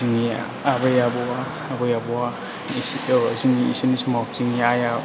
जोंनि आबै आबौआ आबै आबौआ जोंनि बेसोरनि समाव जोंनि आइआ